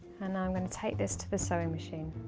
and now i'm going to take this to the sewing machine.